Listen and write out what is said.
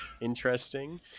interesting